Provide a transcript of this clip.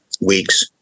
weeks